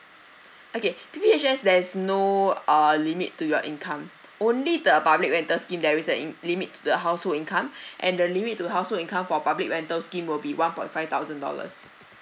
okay P_P_H_S there is no a limit to your income only the public rental scheme there is an in~ limit to the household income and the limit to household income for public rental scheme will be one point five thousand dollars